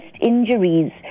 injuries